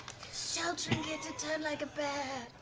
so trinket to turn like a bear.